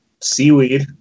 Seaweed